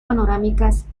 panorámicas